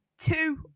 Two